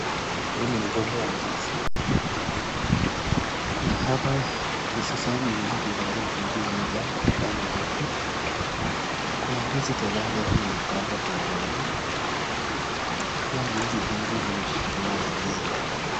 Huu ni mgomba wa ndizi. Na hapa hususan unaweza kuangalia ndizi moja ambayo ni refu. Kuna ndizi kadhaa ambazo zimepangwa kwenye laini. Pia ndizi hizi zimeshikiliwa na miti.